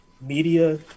media